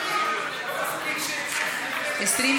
וקבוצת סיעת המחנה הציוני לסעיף 2 לא נתקבלה.